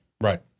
right